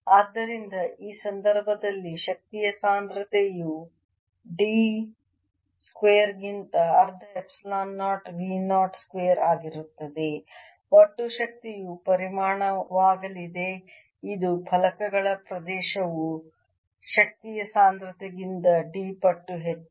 ಆದ್ದರಿಂದ ಈ ಸಂದರ್ಭದಲ್ಲಿ ಶಕ್ತಿಯ ಸಾಂದ್ರತೆಯು d ಸ್ಕ್ವೇರ್ ಗಿಂತ ಅರ್ಧ ಎಪ್ಸಿಲಾನ್ 0 V 0 ಸ್ಕ್ವೇರ್ ಆಗಿರುತ್ತದೆ ಒಟ್ಟು ಶಕ್ತಿಯು ಪರಿಮಾಣವಾಗಲಿದೆ ಇದು ಫಲಕಗಳ ಪ್ರದೇಶವು ಶಕ್ತಿಯ ಸಾಂದ್ರತೆಗಿಂತ d ಪಟ್ಟು ಹೆಚ್ಚು